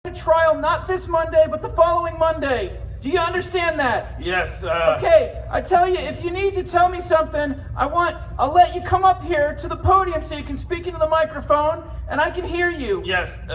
to trial not this monday, but the following monday. do you understand that? yes. ah okay. i tell you if you need to tell me something, i want i'll let you come up here to the podium so you can speak into the microphone and i can hear you. yes. ah,